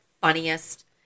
funniest